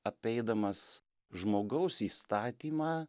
apeidamas žmogaus įstatymą